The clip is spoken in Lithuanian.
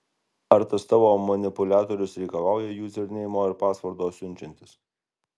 ar tas tavo manipuliatorius reikalauja juzerneimo ir pasvordo siunčiantis